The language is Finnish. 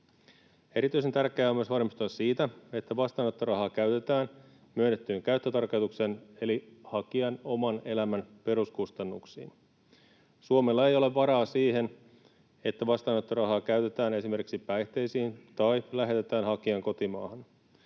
Erityisen tärkeää on myös varmistua siitä, että vastaanottorahaa käytetään myönnettyihin käyttötarkoituksiin eli hakijan oman elämän peruskustannuksiin. Suomella ei ole varaa siihen, että vastaanottorahaa käytetään esimerkiksi päihteisiin tai lähetetään hakijan kotimaahan.